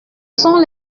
sont